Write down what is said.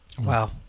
Wow